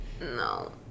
No